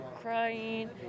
crying